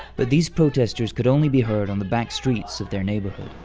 but these protesters could only be heard on the back streets of their neighborhood.